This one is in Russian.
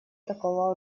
такого